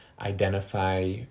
identify